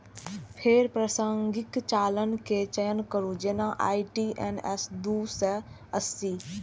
फेर प्रासंगिक चालान के चयन करू, जेना आई.टी.एन.एस दू सय अस्सी